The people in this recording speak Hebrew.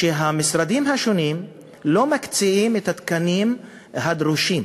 והמשרדים השונים לא מקצים את התקנים הדרושים.